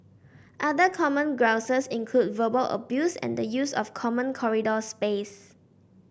other common grouses include verbal abuse and the use of common corridor space